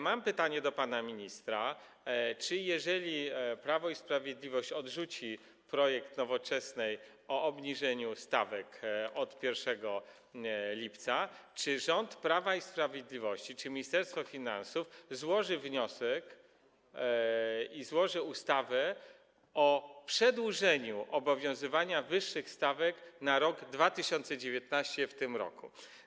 Mam pytanie do pana ministra: Jeżeli Prawo i Sprawiedliwość odrzuci projekt Nowoczesnej dotyczący obniżenia tych stawek od 1 lipca, to czy rząd Prawa i Sprawiedliwości, Ministerstwo Finansów złoży wniosek i złoży ustawę o przedłużeniu obowiązywania wyższych stawek na rok 2019 w tym roku?